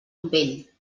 vell